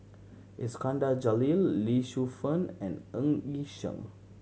Iskandar Jalil Lee Shu Fen and Ng Yi Sheng